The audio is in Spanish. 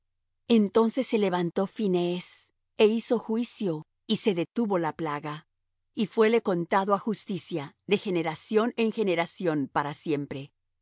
entonces se levantó phinees é hizo juicio y se detuvo la plaga y fuéle contado á justicia de generación en generación para siempre